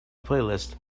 playlist